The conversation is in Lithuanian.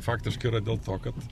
faktiškai yra dėl to kad